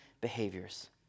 behaviors